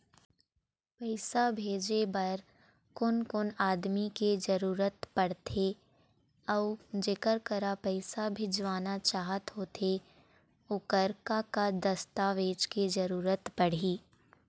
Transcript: पैसा भेजे बार कोन कोन आदमी के जरूरत पड़ते अऊ जेकर करा पैसा भेजवाना चाहत होथे ओकर का का दस्तावेज के जरूरत पड़ही?